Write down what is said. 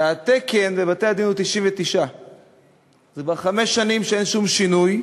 והתקן בבתי-הדין הוא 99. זה כבר חמש שנים שאין שום שינוי.